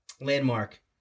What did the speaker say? landmark